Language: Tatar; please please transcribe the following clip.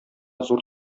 зур